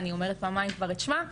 אני אומרת פעמיים כבר את שמה,